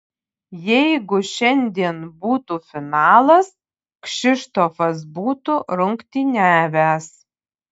jeigu šiandien būtų finalas kšištofas būtų rungtyniavęs